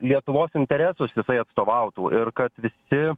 lietuvos interesus jisai atstovautų ir kad visi